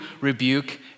rebuke